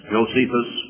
Josephus